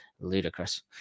Ludicrous